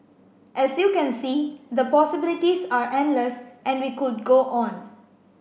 as you can see the possibilities are endless and we could go on